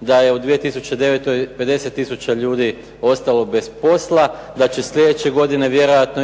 da je u 2009. 50 tisuća ljudi ostalo bez posla, da će sljedeće godine